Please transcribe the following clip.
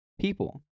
people